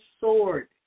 sword